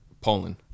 Poland